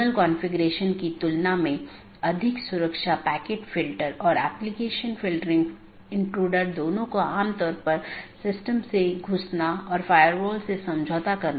इसलिए जब एक बार BGP राउटर को यह अपडेट मिल जाता है तो यह मूल रूप से सहकर्मी पर भेजने से पहले पथ विशेषताओं को अपडेट करता है